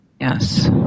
Yes